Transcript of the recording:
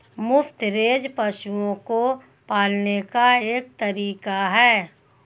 मुफ्त रेंज पशुओं को पालने का एक तरीका है